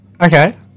Okay